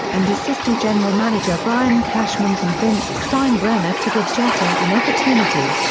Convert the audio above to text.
and assistant general manager brian cashman convinced steinbrenner to give jeter an opportunity.